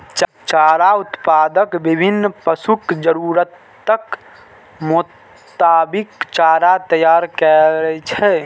चारा उत्पादक विभिन्न पशुक जरूरतक मोताबिक चारा तैयार करै छै